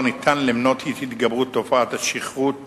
אפשר למנות את התגברות תופעת השכרות